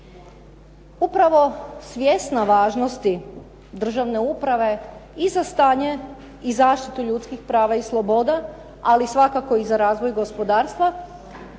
Upravo svjesna važnosti državne uprave i za stanje i zaštitu ljudskih prava i sloboda, ali svakako i za razvoj gospodarstva